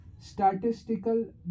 statistical